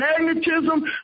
magnetism